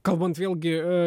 kalbant vėlgi